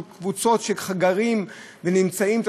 של קבוצות שגרות ונמצאות,